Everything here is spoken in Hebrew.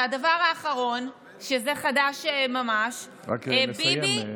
הדבר האחרון, שזה חדש ממש, רק לסיים.